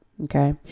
Okay